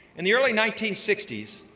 in the early nineteen sixty s,